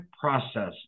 process